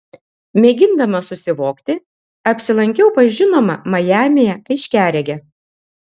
mėgindama susivokti apsilankiau pas žinomą majamyje aiškiaregę